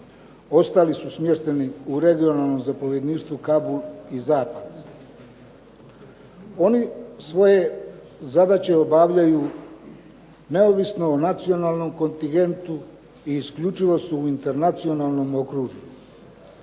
ostali su smješteni u regionalnom zapovjedništvu Kabul i zapad. Oni svoje zadaće obavljaju neovisno o nacionalnom kontingentu i isključivo su u internacionalnom okružju.